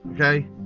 okay